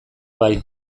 bai